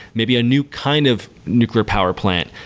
maybe a new kind of nuclear power plant.